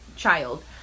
child